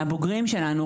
מהבוגרים שלנו,